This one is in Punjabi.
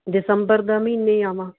ਦਸੰਬਰ ਦਾ ਮਹੀਨੇ ਆਵਾ